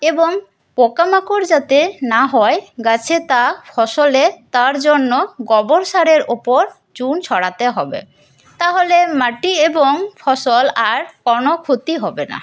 এবং পোকামাকড় যাতে না হয় গাছে তা ফসলে তারজন্য গোবর সারের ওপর চুন ছড়াতে হবে তাহলে মাটি এবং ফসল আর কোনো ক্ষতি হবে না